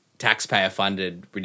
taxpayer-funded